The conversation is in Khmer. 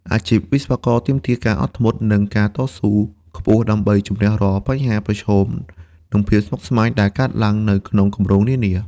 អាជីពវិស្វករទាមទារ ការអត់ធ្មត់ និងការតស៊ូ ខ្ពស់ ដើម្បី ជំនះរាល់បញ្ហាប្រឈម និងភាពស្មុគស្មាញដែលកើតឡើងនៅក្នុងគម្រោងនានា។